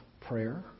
prayer